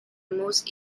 most